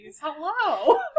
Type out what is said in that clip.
Hello